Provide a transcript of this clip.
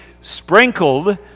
sprinkled